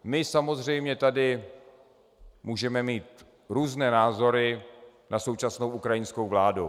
My samozřejmě tady můžeme mít různé názory na současnou ukrajinskou vládu.